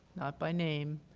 not by name,